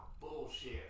Bullshit